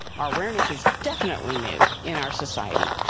our awareness is definitely new in our society.